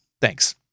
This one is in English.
thanks